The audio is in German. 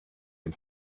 dem